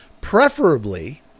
Preferably